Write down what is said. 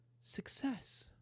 success